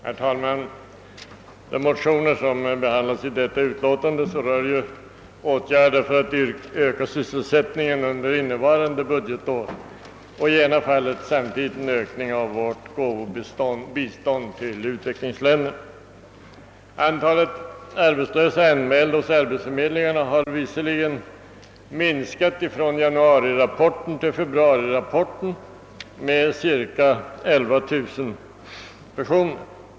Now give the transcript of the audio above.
Herr talman! De motioner som behandlas i förevarande utlåtande rör åtgärder för att öka sysselsättningen under innevarande budgetår, i ett fall samtidigt en ökning av vårt gåvobistånd till utvecklingsländerna. Antalet arbetslösa som är anmälda till arbetsförmedlingarna har visserligen minskat från januarirapporten till februarirapporten med cirka 11 000 personer.